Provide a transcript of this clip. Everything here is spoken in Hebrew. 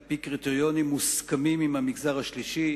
על-פי קריטריונים מוסכמים עם המגזר השלישי,